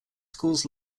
schools